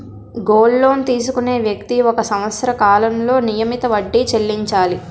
gold loan తీసుకునే వ్యక్తి ఒక సంవత్సర కాలంలో నియమిత వడ్డీ చెల్లించాలి